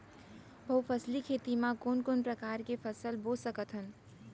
बहुफसली खेती मा कोन कोन प्रकार के फसल बो सकत हन?